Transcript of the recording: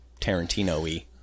Tarantino-y